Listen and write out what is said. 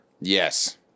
Yes